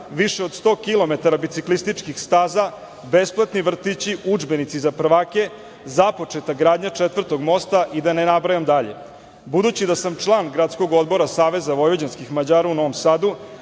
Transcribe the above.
više od 100 kilometara biciklističkih staza, besplatni vrtići, udžbenici za prvake, započeta gradnja četvrtog mosta i da ne nabrajam dalje. Budući da sam član Gradskog odbora SVM u Novom Sadu,